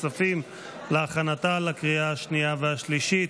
הכספים להכנתה לקריאה השנייה והשלישית.